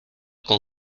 con